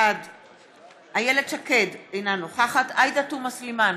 בעד איילת שקד, אינה נוכחת עאידה תומא סלימאן,